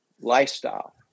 lifestyle